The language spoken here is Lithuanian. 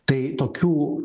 tai tokių